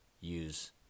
use